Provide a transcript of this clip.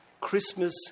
Christmas